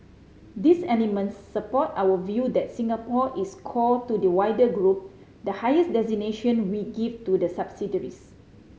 these elements support our view that Singapore is 'core' to the wider group the highest designation we give to the subsidiaries